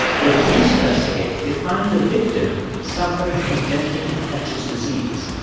when the police investigate, they find the victim suffered from a deadly, infectious disease,